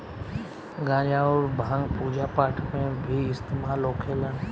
गांजा अउर भांग पूजा पाठ मे भी इस्तेमाल होखेला